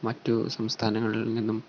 മറ്റ് സംസ്ഥാനങ്ങളിൽ നിന്നും